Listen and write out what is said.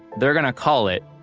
they're gonna call it.